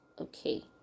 okay